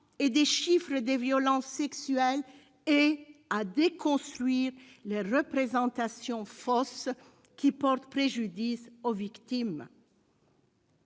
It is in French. et des chiffres des violences sexuelles, ainsi qu'à déconstruire les représentations fausses qui portent préjudice aux victimes.